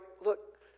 look